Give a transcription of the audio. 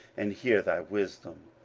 and hear thy wisdom.